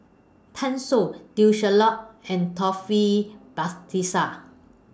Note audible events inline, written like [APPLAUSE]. Pan Shou Teo Ser Luck and Taufik [UNINTELLIGIBLE]